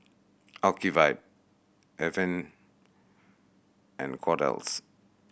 Ocuvite Avene and Kordel's